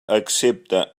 excepte